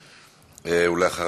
ואחריו,